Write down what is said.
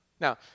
Now